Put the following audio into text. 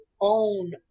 own